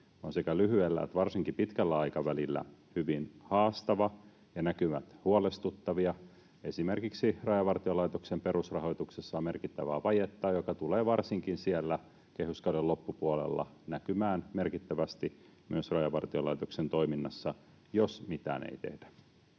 on sekä lyhyellä että varsinkin pitkällä aikavälillä hyvin haastava ja näkymät huolestuttavia. Esimerkiksi Rajavartiolaitoksen perusrahoituksessa on merkittävää vajetta, joka tulee varsinkin siellä kehyskauden loppupuolella näkymään merkittävästi myös Rajavartiolaitoksen toiminnassa, jos mitään ei tehdä.